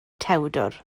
tewdwr